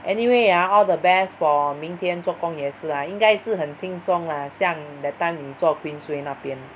anyway ah all the best for 明天做工也是 ah 应该是很轻松 lah 像 that time 你做 Queensway 那边